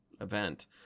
event